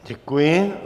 Děkuji.